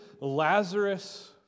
Lazarus